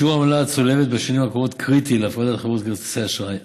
שיעור העמלה הצולבת בשנים הקרובות קריטי להפרדת חברות כרטיסי האשראי.